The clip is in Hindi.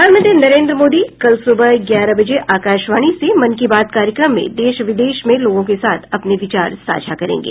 प्रधानमंत्री नरेन्द्र मोदी कल सुबह ग्यारह बजे आकाशवाणी से मन की बात कार्यक्रम में देश विदेश में लोगों के साथ अपने विचार साझा करेंगे